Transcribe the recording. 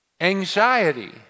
Anxiety